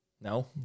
no